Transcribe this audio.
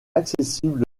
accessible